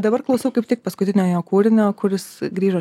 dabar klausau kaip tik paskutinio jo kūrinio kuris grįžo